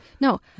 no